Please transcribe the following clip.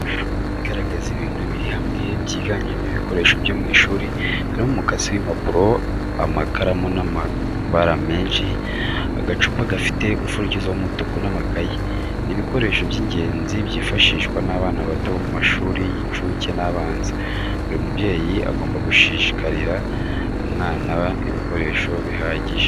Ishusho igaragaza ibintu biri hamwe byiganjemo ibikoresho byo mu ishuri, harimo umukasi w'impapuro, amakaramu y'amabara menshi, agacupa gafite umupfundikizo w'umutuku n'amakayi. Ni ibikoresho by'ingenzi byifashishwa n'abana bato bo mu mashuri y'incuke n'abanza, buri mubyeyi aba agomba gushakira umwana ibikoresho bihagije.